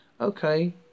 Okay